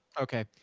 Okay